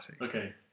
Okay